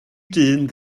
dyn